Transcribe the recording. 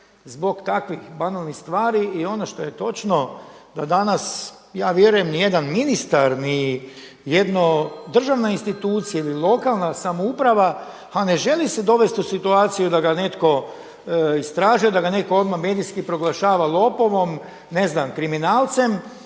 zbog takvih banalnih stvari i ono što je točno da danas ja vjerujem nijedan ministar, ni jedna državna institucija ili lokalna samouprava ne želi se dovesti u situaciju da ga netko istražuje, da ga neto odmah medijski proglašava lopovom, ne znam, kriminalcem.